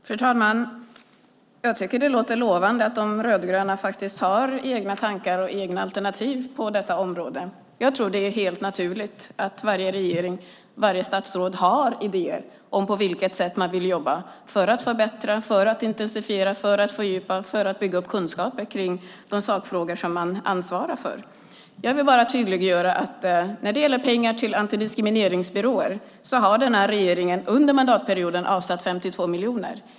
Fru talman! Jag tycker att det låter lovande att de rödgröna har egna tankar och egna alternativ på detta område. Jag tror att det är helt naturligt att varje regering och varje statsråd har idéer om på vilket sätt man vill jobba för att förbättra, intensifiera, fördjupa och bygga upp kunskaper om de sakfrågor som man ansvarar för. Jag vill bara tydliggöra att när det gäller pengar till antidiskrimineringsbyråer har regeringen under mandatperioden avsatt 52 miljoner.